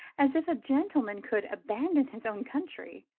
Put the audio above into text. as if a gentleman could abandon his own country!